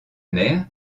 mer